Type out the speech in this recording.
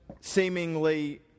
seemingly